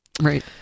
right